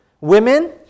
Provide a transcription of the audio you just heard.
Women